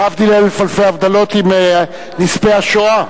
להבדיל אלף אלפי הבדלות עם נספי השואה.